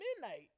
midnight